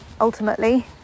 ultimately